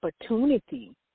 opportunity